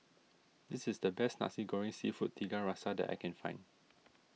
this is the best Nasi Goreng Seafood Tiga Rasa that I can find